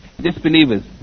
disbelievers